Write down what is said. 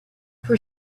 for